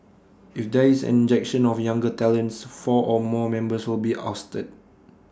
if there is an injection of younger talents four or more members will be ousted